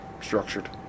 structured